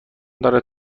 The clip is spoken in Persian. دارد